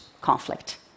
conflict